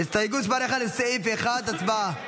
לסעיף 1, הצבעה.